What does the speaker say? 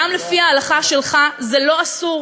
גם לפי ההלכה שלך זה לא אסור,